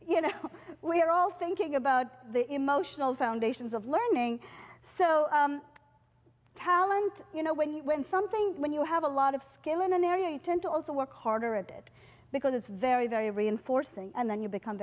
you know we're all thinking about the emotional foundations of learning so talent you know when you when something when you have a lot of skill in an area you tend to also work harder at it because it's very very reinforcing and then you become